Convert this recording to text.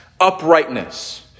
Uprightness